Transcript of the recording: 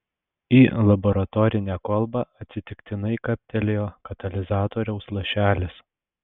į laboratorinę kolbą atsitiktinai kaptelėjo katalizatoriaus lašelis